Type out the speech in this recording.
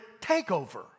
takeover